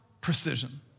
precision